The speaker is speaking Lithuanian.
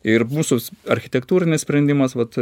ir mūsų architektūrinis sprendimas vat